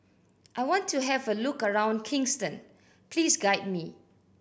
I want to have a look around Kingston please guide me